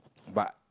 but